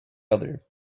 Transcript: elder